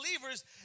believers